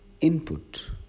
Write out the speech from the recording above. Input